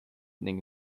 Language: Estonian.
ning